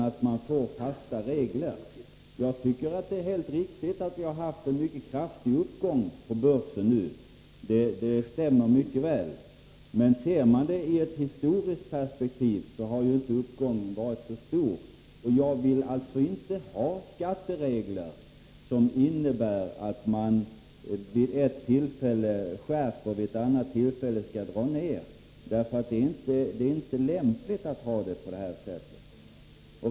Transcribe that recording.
Det är helt riktigt att vi nu har haft en mycket kraftig uppgång på börsen. Men ser man det i ett historiskt perspektiv har inte uppgången varit så stor. Jag vill inte ha skatteregler som innebär att man vid ett tillfälle skärper reglerna och vid ett annat tillfälle mildrar dem. Det är inte lämpligt att ha det på detta sätt.